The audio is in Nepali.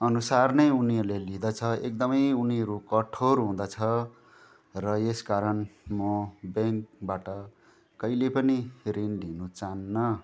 अनुसार नै उनीहरूले लिँदछ एकदमै उनीहरू कठोर हुँदछ र यस कारण म ब्याङ्कबाट कहिले पनि ऋण लिनु चाहन्न